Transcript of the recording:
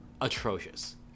atrocious